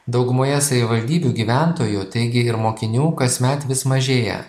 daugumoje savivaldybių gyventojų taigi ir mokinių kasmet vis mažėja